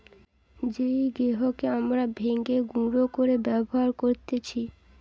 যেই গেহুকে হামরা ভেঙে গুঁড়ো করে ব্যবহার করতেছি